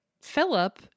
Philip